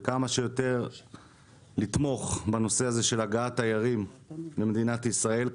וכמה שיותר לתמוך בנושא הזה של הגעת תיירים למדינת ישראל.